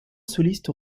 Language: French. solistes